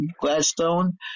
Gladstone